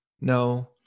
No